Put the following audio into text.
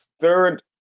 third